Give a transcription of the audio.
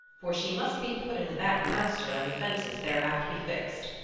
for she must be put in the back pasture and the fences there have to be fixed.